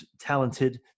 talented